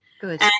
Good